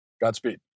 Godspeed